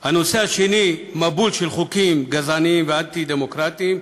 והנושא השני: מבול של חוקים גזעניים ואנטי-דמוקרטיים,